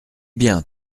bien